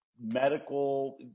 medical